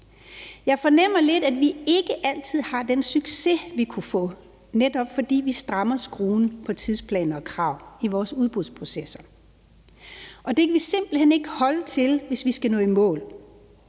Jeg fornemmer lidt, at vi ikke altid har den succes, vi kunne få, netop fordi vi strammer skruen for tidsplaner og krav i vores udbudsprocesser, og det kan vi simpelt hen ikke holde til, hvis vi skal nå i mål.